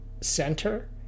center